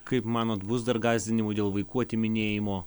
kaip manot bus dar gąsdinimų dėl vaikų atiminėjimo